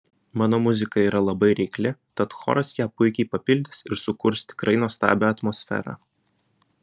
mano muzika yra labai reikli tad choras ją puikiai papildys ir sukurs tikrai nuostabią atmosferą